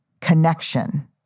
connection